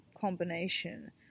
combination